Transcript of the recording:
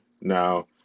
Now